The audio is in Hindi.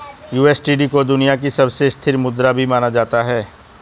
यू.एस.डी को दुनिया की सबसे स्थिर मुद्रा भी माना जाता है